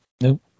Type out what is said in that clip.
Nope